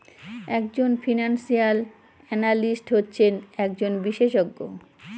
এক জন financial analyst হচ্ছেন একজন বিশেষজ্ঞ